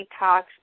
detox